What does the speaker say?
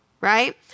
right